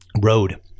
road